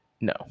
No